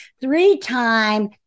three-time